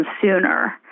sooner